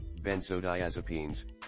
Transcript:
benzodiazepines